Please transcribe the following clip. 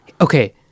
Okay